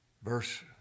Verse